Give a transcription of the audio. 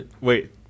Wait